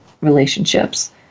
relationships